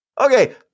Okay